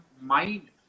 mind